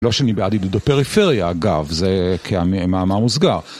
לא שאני בעד עידוד הפריפריה אגב, זה כמאמר מוסגר.